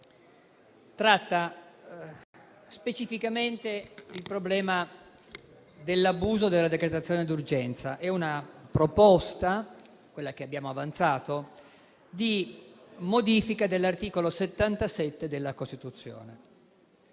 tratta specificamente il problema dell'abuso della decretazione d'urgenza. È una proposta, quella che abbiamo avanzato, di modifica dell'articolo 77 della Costituzione.